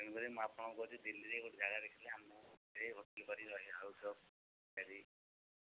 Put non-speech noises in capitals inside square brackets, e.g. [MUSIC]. ତେଣୁକରି ମୁଁ ଆପଣଙ୍କୁ କହୁଛି ଦିଲ୍ଲୀରେ ଗୋଟେ ଜାଗା ଦେଖି ଆମ [UNINTELLIGIBLE] ଗୋଟେ ହୋଟେଲ୍ କରି ରହିବା ଆଳୁଚପ୍ ପିଆଜି